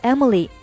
Emily”，